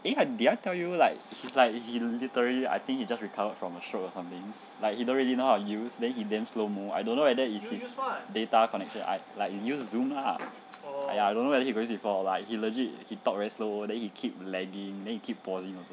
eh I did I tell you like he's like he literary I think he just recovered from a stroke or something like he don't really know how to use then he damn slow mo I don't know whether it's his data connection like you use zoom lah !aiya! I don't know whether he use before like he legit he talk very slow then he keep lagging then he keep pausing also